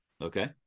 Okay